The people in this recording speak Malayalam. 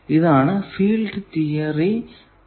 ഇതാണ് ഫീൽഡ് തിയറി പോയിന്റ്